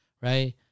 right